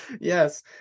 yes